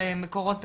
על מקורות תקציב,